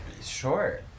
Sure